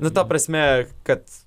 nu ta prasme kad